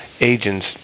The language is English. agents